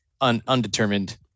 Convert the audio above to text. undetermined